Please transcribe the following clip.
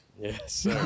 Yes